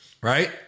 right